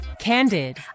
Candid